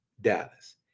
Dallas